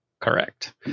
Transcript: Correct